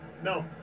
No